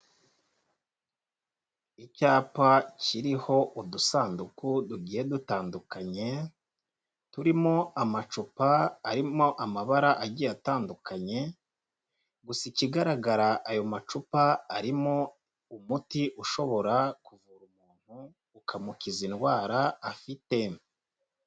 Icyapa kiriho udusanduku dugiye dutandukanye turimo, amacupa arimo amabara agiye atandukanye gusa ikigaragara ayo macupa arimo umuti ushobora kuvura umuntu, ukamukiza indwara afite.